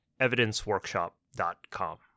evidenceworkshop.com